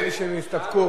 נראה לי שהם הסתפקו,